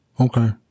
Okay